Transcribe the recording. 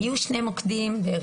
היו שני מוקדים באר